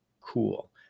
cool